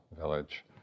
village